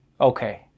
Okay